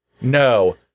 No